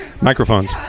Microphones